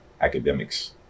academics